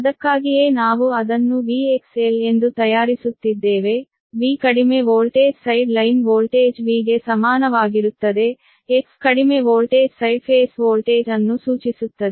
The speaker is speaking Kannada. ಅದಕ್ಕಾಗಿಯೇ ನಾವು ಅದನ್ನು VXL ಎಂದು ತಯಾರಿಸುತ್ತಿದ್ದೇವೆ V ಕಡಿಮೆ voltage side line voltage V ಗೆ ಸಮಾನವಾಗಿರುತ್ತದೆ X ಕಡಿಮೆ ವೋಲ್ಟೇಜ್ ಸೈಡ್ ಫೇಸ್ ವೋಲ್ಟೇಜ್ ಅನ್ನು ಸೂಚಿಸುತ್ತದೆ